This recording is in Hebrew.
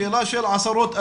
שאלה של עשרות אלפים,